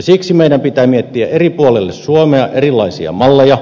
siksi meidän pitää miettiä eri puolille suomea erilaisia malleja